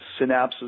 synapses